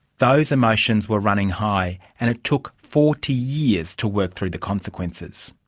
those emotions were running high and it took forty years to work through the consequences.